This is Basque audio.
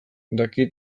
dakit